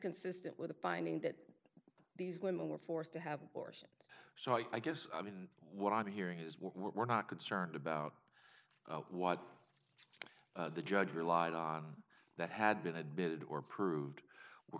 consistent with the finding that these women were forced to have portions so i guess i mean what i'm here is we're not concerned about what the judge relied on that had been admitted or proved were